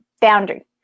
boundary